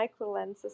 microlenses